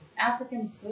African